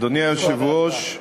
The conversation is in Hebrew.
אדוני היושב-ראש,